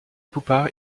poupart